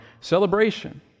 celebration